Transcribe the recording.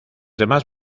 demás